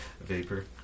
Vapor